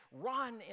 run